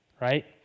right